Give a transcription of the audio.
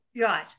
Right